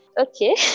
okay